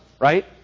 right